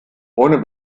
ohne